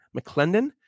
mcclendon